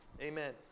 amen